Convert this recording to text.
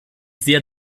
sehr